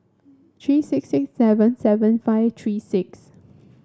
three six six seven seven five three six